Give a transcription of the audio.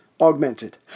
Augmented